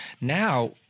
Now